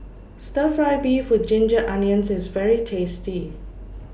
Stir Fry Beef with Ginger Onions IS very tasty